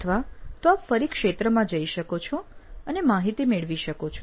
અથવા તો આપ ફરી ક્ષેત્રમાં જોઈ શકો છો અને માહિતી મેળવી શકો છો